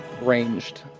ranged